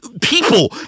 people